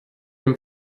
dem